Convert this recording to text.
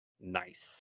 nice